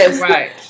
Right